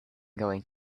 going